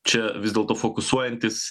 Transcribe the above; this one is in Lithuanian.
čia vis dėlto fokusuojantis